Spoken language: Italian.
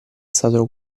stato